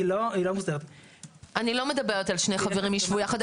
אני לא מדברת על שני חברים ישבו יחד.